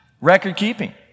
Record-keeping